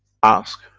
ask,